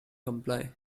comply